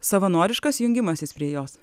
savanoriškas jungimasis prie jos